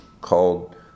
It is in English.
called